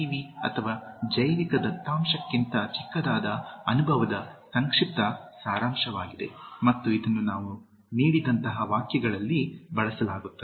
V ಅಥವಾ ಜೈವಿಕ ದತ್ತಾಂಶಕ್ಕಿಂತ ಚಿಕ್ಕದಾದ ಅನುಭವದ ಸಂಕ್ಷಿಪ್ತ ಸಾರಾಂಶವಾಗಿದೆ ಮತ್ತು ಇದನ್ನು ನಾವು ನೀಡಿದಂತಹ ವಾಕ್ಯಗಳಲ್ಲಿ ಬಳಸಲಾಗುತ್ತದೆ